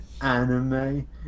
anime